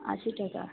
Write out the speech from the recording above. আশি টাকা